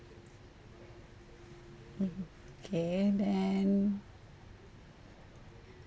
mmhmm okay then